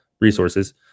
resources